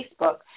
Facebook